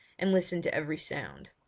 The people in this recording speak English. and listened to every sound.